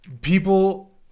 people